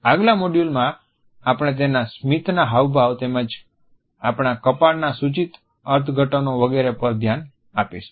આગલા મોડ્યુલમાં આપણે તેના સ્મિતના હાવભાવ તેમજ આપણા કપાળના સૂચિત અર્થઘટનો વગેરે પર ધ્યાન આપીશું